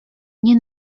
nie